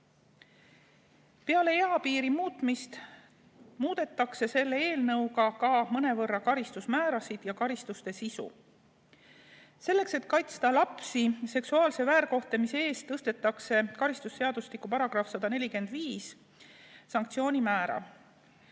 eapiiri muutmise muudetakse selle eelnõuga mõnevõrra karistusmäärasid ja karistuste sisu. Selleks, et kaitsta lapsi seksuaalse väärkohtlemise eest, tõstetakse karistusseadustiku § 145 (suguühe